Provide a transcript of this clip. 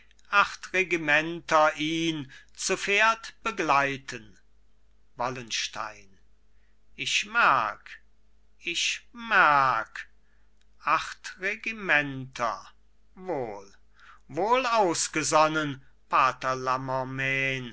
acht regimenter ihn zu pferd begleiten wallenstein ich merk ich merk acht regimenter wohl wohl ausgesonnen pater